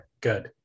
good